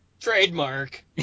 trademark